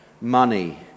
money